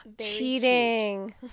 cheating